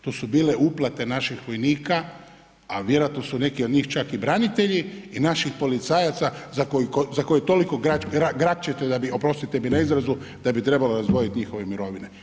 To su bile uplate naših vojnika, a vjerojatno su neki od njih čak i branitelji i naših policajaca za koje toliko grakćete da bi, oprostite mi na izrazu, da bi trebalo razdvojiti njihove mirovine.